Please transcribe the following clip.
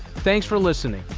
thanks for listening.